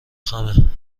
خمه